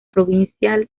provincial